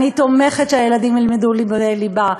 אני תומכת בכך שהילדים ילמדו לימודי ליבה.